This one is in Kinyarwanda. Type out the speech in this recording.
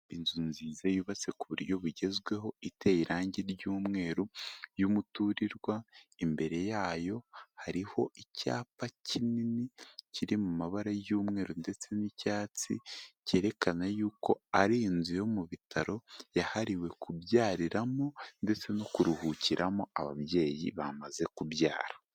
Inzu nziza yubatse ku buryo bugezweho iteye irangi ry'umweru y'umuturirwa, imbere yayo hariho icyapa kinini kiri mu mabara y'umweru ndetse n'icyatsi cyerekana y'uko ari inzu yo mu bitaro yahariwe kubyariramo ndetse no kuruhukiramo ababyeyi bamaze kubyara.